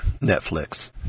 Netflix